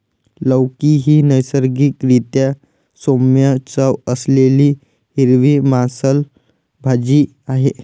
लौकी ही नैसर्गिक रीत्या सौम्य चव असलेली हिरवी मांसल भाजी आहे